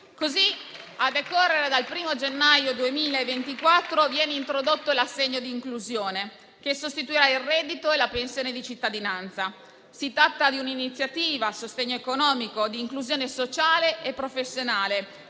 A decorrere dal 1° gennaio 2024 viene introdotto l'assegno di inclusione, che sostituirà il reddito e la pensione di cittadinanza. Si tratta di un'iniziativa di sostegno economico e di inclusione sociale e professionale,